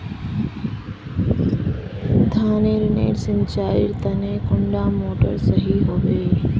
धानेर नेर सिंचाईर तने कुंडा मोटर सही होबे?